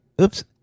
Oops